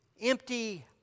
empty